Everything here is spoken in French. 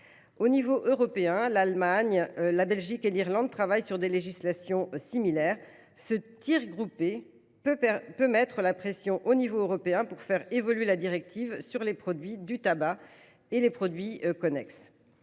Au niveau européen, l’Allemagne, la Belgique et l’Irlande travaillent sur des législations similaires. Ce tir groupé peut mettre la pression au niveau européen pour faire évoluer la directive sur les produits du tabac et les produits connexes.